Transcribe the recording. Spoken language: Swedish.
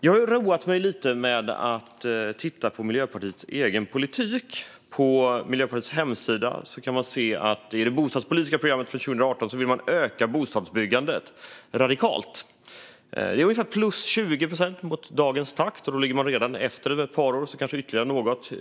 Jag har roat mig lite med att titta på Miljöpartiets egen politik. På Miljöpartiets hemsida kan vi i det bostadspolitiska programmet från 2018 se att man vill öka bostadsbyggandet radikalt, ungefär plus 20 procent mot dagens takt. Nu ligger man redan ett par år efter, så man behöver räkna med ytterligare något.